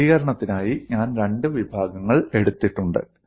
ചിത്രീകരണത്തിനായി ഞാൻ രണ്ട് വിഭാഗങ്ങൾ എടുത്തിട്ടുണ്ട്